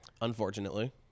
Unfortunately